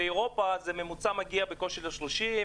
באירופה הממוצע מגיע בקושי ל-30,